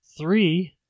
Three